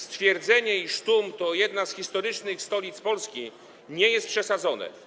Stwierdzenie, iż Tum to jedna z historycznych stolic Polski, nie jest przesadzone.